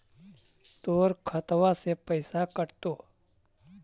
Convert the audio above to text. तोर खतबा से पैसा कटतो?